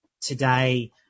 today